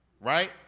right